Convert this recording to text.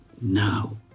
now